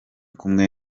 kumwe